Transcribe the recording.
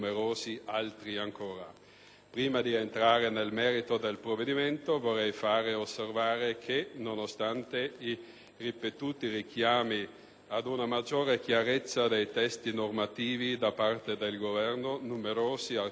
Prima di entrare nel merito del provvedimento, vorrei far osservare che, nonostante i ripetuti richiami ad una maggiore chiarezza dei testi normativi da parte del Governo, numerosi articoli del decreto-legge